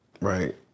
Right